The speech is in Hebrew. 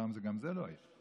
פעם גם זה לא היה.